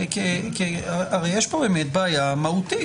כי יש פה באמת בעיה מהותית,